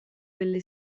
delle